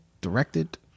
directed